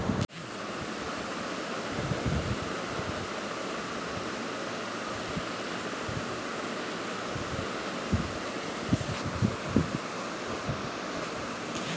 বাণিজ্যিক ব্যাংকগুলো সাধারণ মানুষের জন্য অনেক বেশি উপকারী